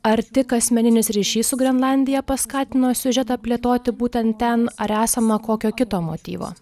ar tik asmeninis ryšys su grenlandija paskatino siužetą plėtoti būtent ten ar esama kokio kito motyvo